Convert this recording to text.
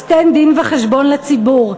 אז תן דין-וחשבון לציבור,